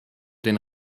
den